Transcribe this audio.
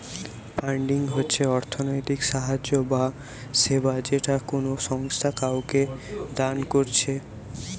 funding হচ্ছে অর্থনৈতিক সাহায্য বা সেবা যেটা কোনো সংস্থা কাওকে দান কোরছে